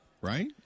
right